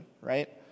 right